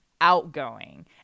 outgoing